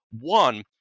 One